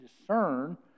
discern